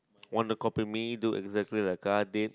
want to copy me do exactly like I did